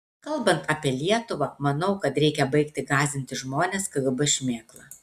kalbant apie lietuvą manau kad reikia baigti gąsdinti žmones kgb šmėkla